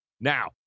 Now